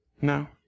No